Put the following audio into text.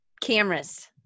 cameras